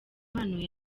impano